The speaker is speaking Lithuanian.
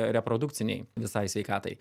reprodukcinei visai sveikatai